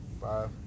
five